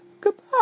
Goodbye